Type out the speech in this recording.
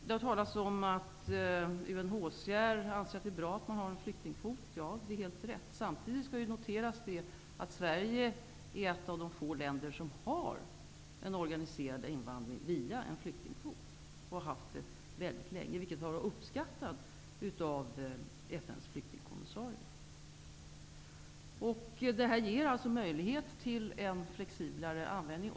Det har talats om att UNHCR anser att det är bra att man har en flyktingkvot. Det är helt riktigt. Samtidigt skall det noteras att Sverige är ett av de få länder som har en organiserad invandring via en flyktingkvot och har haft det mycket länge, vilket FN:s flyktingkommissarie har uppskattat. Detta ger alltså möjlighet till en flexiblare användning.